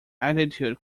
attitude